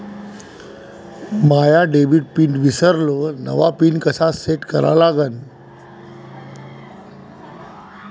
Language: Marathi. माया डेबिट पिन ईसरलो, नवा पिन कसा सेट करा लागन?